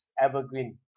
evergreen